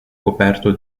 coperto